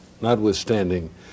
notwithstanding